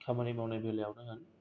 खामानि मावनाय बेलायावनो होन